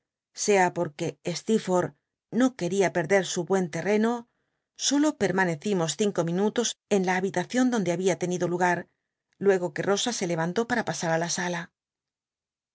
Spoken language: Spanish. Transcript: sea porque steerforth no qucria perdet su buen terreno solo permanecimos cinco minutos en la habitacion donde había ten ido lugar luego que rosa se levan tó para pasm ü la sala